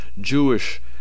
jewish